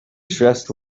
stressed